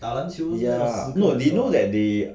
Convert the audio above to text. ya you know that they